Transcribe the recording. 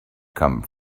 come